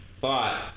thought